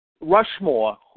Rushmore